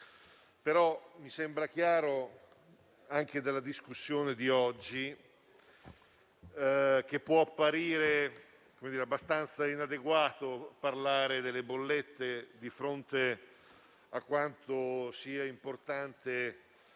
IVA. Mi sembra chiaro, anche dalla discussione di oggi, che può apparire abbastanza inadeguato parlare di bollette di fronte all'importanza